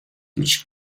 which